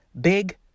big